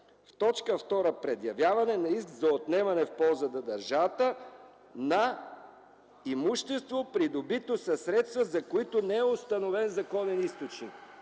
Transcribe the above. в т. 2 – „предявяване на иск за отнемане в полза на държавата на имущество, придобито със средства, за които не е установен законен източник”.